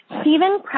Stephen